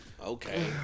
okay